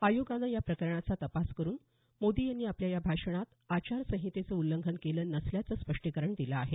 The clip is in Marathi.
आयोगानं या प्रकरणाचा तपास करून मोदी यांनी आपल्या या भाषणात आचारसंहितेचं उल्लंघन केलं नसल्याचं स्पष्टीकरण दिलं आहे